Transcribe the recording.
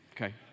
Okay